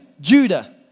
Judah